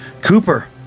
Cooper